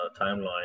timeline